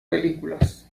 películas